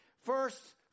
first